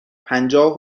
پنجاه